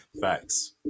Facts